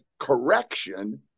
correction